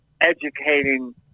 educating